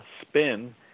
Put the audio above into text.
spin